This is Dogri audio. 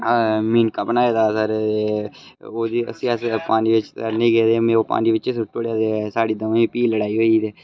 मिनका बनाए दा अगर एह् ओह्दी उसी अस पानी बिच्च आह्नी गेदे हो ओह् पानी बिच्च सुट्टी ओड़ेआ एह् साढ़ी दवें दी फ्ही लड़ाई होई गेई ते